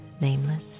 nameless